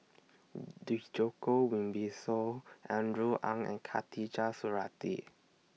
Djoko Wibisono Andrew Ang and Khatijah Surattee